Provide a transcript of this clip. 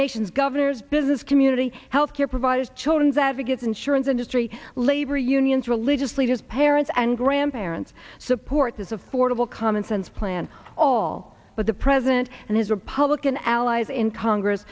nation's governors business community health care providers children's advocates insurance industry labor unions religious leaders parents and grandparents support this affordable commonsense plan all but the president and his republican allies in congress